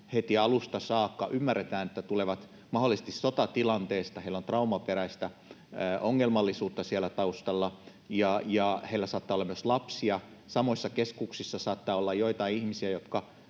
heti alusta saakka? Ymmärretään, että he tulevat mahdollisesti sotatilanteista. Heillä on traumaperäistä ongelmallisuutta siellä taustalla, ja heillä saattaa olla myös lapsia. Samoissa keskuksissa saattaa olla joitain ihmisiä,